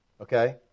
Okay